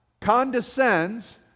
condescends